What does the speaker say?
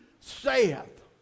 saith